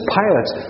pilots